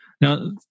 Now